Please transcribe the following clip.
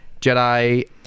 Jedi